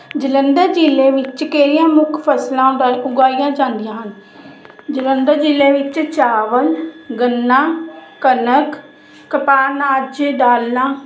ਜਲੰਧਰ ਜ਼ਿਲ੍ਹੇ ਵਿੱਚ ਕਈਆਂ ਮੁੱਖ ਫਸਲਾਂ ਉਡਾ ਉਗਾਈਆਂ ਜਾਂਦੀਆਂ ਹਨ ਜਲੰਧਰ ਜ਼ਿਲ੍ਹੇ ਵਿੱਚ ਚਾਵਲ ਗੰਨਾ ਕਨਕ ਕਪਾਹ ਨਾਚ ਡਾਲਨਾ